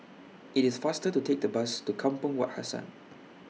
IT IS faster to Take The Bus to Kampong Wak Hassan